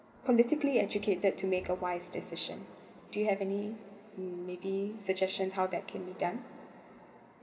politically educated to make a wise decision do you have any maybe suggestions how that can be done